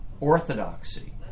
orthodoxy